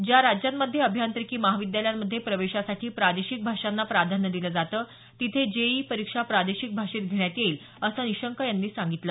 ज्या राज्यांमध्ये अभियांत्रिकी महाविद्यालयांमध्ये प्रवेशासाठी प्रादेशिक भाषांना प्राधान्य दिलं जातं तिथे जेईई परीक्षा प्रादेशिक भाषेत घेण्यात येईल असं निशंक यांनी सांगितलं